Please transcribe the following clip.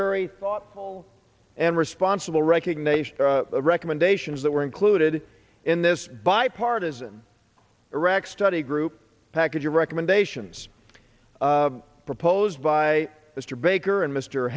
very thoughtful and responsible recognition recommendations that were included in this bipartisan iraq study group package of recommendations proposed by mr baker and mr